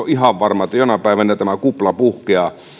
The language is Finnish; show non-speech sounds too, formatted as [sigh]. [unintelligible] ihan varma että jonain päivänä tämä kupla puhkeaa